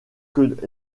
que